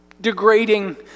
degrading